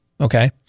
okay